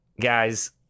Guys